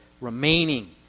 remaining